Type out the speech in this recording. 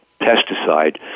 pesticide